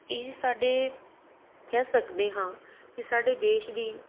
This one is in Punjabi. ਇਹ ਸਾਡੇ ਕਹਿ ਸਕਦੇ ਹਾਂ ਵੀ ਸਾਡੇ ਦੇਸ਼ ਦੀ